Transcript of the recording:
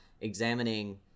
examining